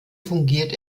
fungiert